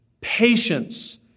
patience